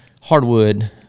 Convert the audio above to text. hardwood